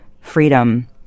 freedom